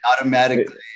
automatically